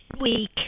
week